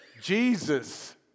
Jesus